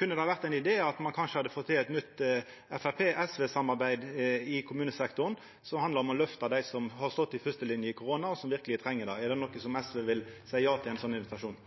Kunne det vore ein idé om me kanskje fekk til eit nytt Framstegsparti–SV-samarbeid i kommunesektoren, som handla om å løfta dei som har stått i førstelina under koronaen, og som verkeleg treng det? Er det noko SV vil seia ja til om det kom ein slik invitasjon?